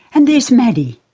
and there's maddy,